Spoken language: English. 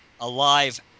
alive